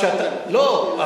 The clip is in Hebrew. לא,